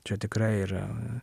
čia tikrai yra